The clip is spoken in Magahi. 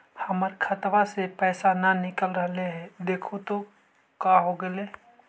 हमर खतवा से पैसा न निकल रहले हे देखु तो का होगेले?